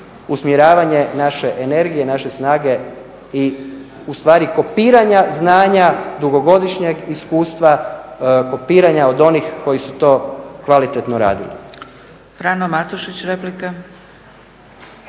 usmjeravanje naše energije, naše snage i ustvari kopiranja znanja dugogodišnjeg iskustva, kopiranja od onih koji su to kvalitetno radili. **Zgrebec, Dragica